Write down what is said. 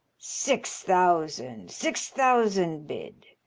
six thousand. six thousand bid.